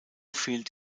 fehlt